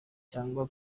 cyangwa